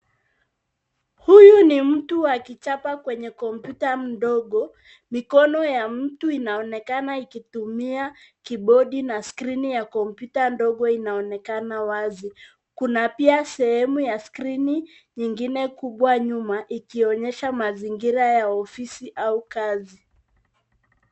Huyu ni mtu akichapa kwenye kompyuta mdogo. Mikono ya mtu inaonekana ikitumia kibodi na skrini ya kompyuta ndogo inaonekana wazi. Kuna pia sehemu ya skrini, nyingine kubwa nyuma. Ikionyesha mazingira ya ofisi au kazi.